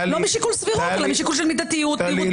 בשיקול סבירות אלא בשיקול של מידתיות --- טלי,